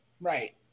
Right